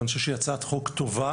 ואני חושב שהיא הצעת חוק טובה.